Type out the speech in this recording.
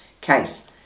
case